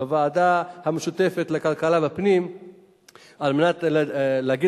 בוועדה המשותפת לכלכלה ופנים על מנת להגיד